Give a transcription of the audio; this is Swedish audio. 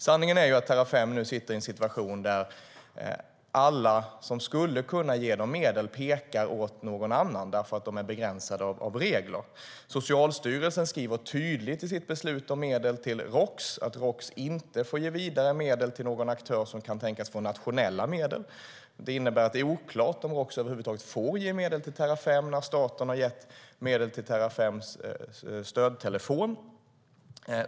Sanningen är att Terrafem nu sitter i en situation där alla som skulle kunna ge dem medel pekar på någon annan därför att de är begränsade av regler. Socialstyrelsen skriver tydligt i sitt beslut om medel till Roks att Roks inte får ge vidare medel till någon aktör som kan tänkas få nationella medel. Det innebär att det är oklart om Roks över huvud taget får ge medel till Terrafem när staten har gett medel till Terrafems stödtelefon.